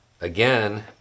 again